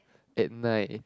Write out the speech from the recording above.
at night